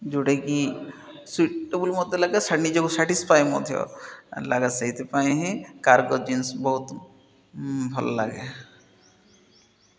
ଯୋଉଟାକି ସୁଇଟେବୁଲ୍ ମୋତେ ଲାଗେ ନିଜକୁ ସାଟିସ୍ପାଏ ମଧ୍ୟ ଲାଗେ ସେଇଥିପାଇଁ ହିଁ କାର୍ଗୋ ଜିନ୍ସ ବହୁତ ଭଲ ଲାଗେ